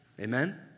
Amen